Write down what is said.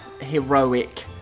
heroic